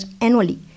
annually